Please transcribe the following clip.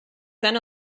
then